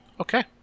Okay